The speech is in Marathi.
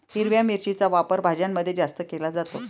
हिरव्या मिरचीचा वापर भाज्यांमध्ये जास्त केला जातो